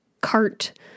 cart